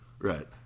Right